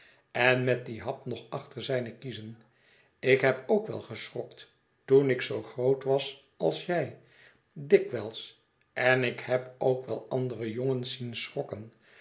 en met dien hap nog achter zijne kiezen ik heb ook wel geschrokt toen ik zoo groot was als jij dikwijls en ik heb ook wel andere jon gens zien schrokken